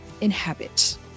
inhabit